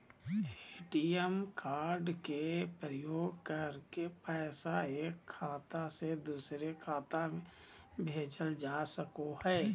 ATM card के प्रयोग करके पैसा एक खाता से दोसर खाता में भेजल जा सको हय